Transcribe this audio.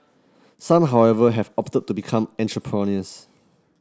some however have opted to become entrepreneurs